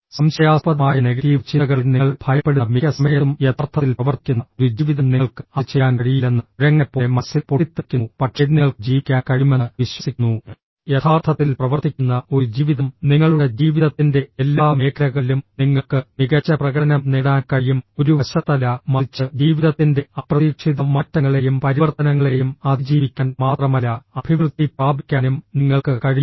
സംശയാസ്പദമായ നെഗറ്റീവ് ചിന്തകളെ നിങ്ങൾ ഭയപ്പെടുന്ന മിക്ക സമയത്തും യഥാർത്ഥത്തിൽ പ്രവർത്തിക്കുന്ന ഒരു ജീവിതം നിങ്ങൾക്ക് അത് ചെയ്യാൻ കഴിയില്ലെന്ന് കുരങ്ങനെപ്പോലെ മനസ്സിൽ പൊട്ടിത്തെറിക്കുന്നു പക്ഷേ നിങ്ങൾക്ക് ജീവിക്കാൻ കഴിയുമെന്ന് വിശ്വസിക്കുന്നു യഥാർത്ഥത്തിൽ പ്രവർത്തിക്കുന്ന ഒരു ജീവിതം നിങ്ങളുടെ ജീവിതത്തിന്റെ എല്ലാ മേഖലകളിലും നിങ്ങൾക്ക് മികച്ച പ്രകടനം നേടാൻ കഴിയും ഒരു വശത്തല്ല മറിച്ച് ജീവിതത്തിന്റെ അപ്രതീക്ഷിത മാറ്റങ്ങളെയും പരിവർത്തനങ്ങളെയും അതിജീവിക്കാൻ മാത്രമല്ല അഭിവൃദ്ധി പ്രാപിക്കാനും നിങ്ങൾക്ക് കഴിയില്ല